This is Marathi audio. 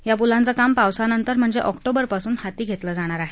या पुलांचं काम पावसानंतर म्हणजे ऑक्टोबरपासून हाती घेतलं जाणार आहे